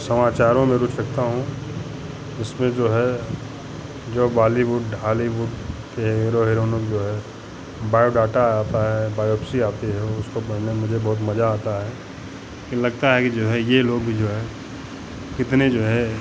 समाचारों में रुचि रखता हूँ इसमें जो है जो बाॅलीवुड हॉलीवुड ये हीरो हिरोइनों की जो है बायोडाटा आता है बायोप्सी आती है उसको पढ़ने में मुझे बहुत मज़ा आता है लेकिन लगता है कि जो है ये लोग भी जो है कितने जो है